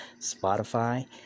Spotify